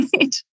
right